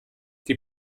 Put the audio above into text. die